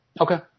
Okay